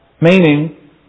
Meaning